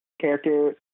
character